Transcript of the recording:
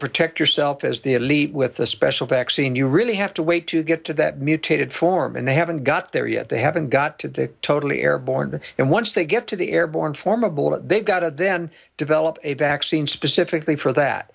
protect yourself as the elite with a special vaccine you really have to wait to get to that mutated form and they haven't got there yet they haven't got to totally airborne and once they get to the airborne formable they've got to then develop a vaccine specifically for that